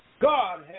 God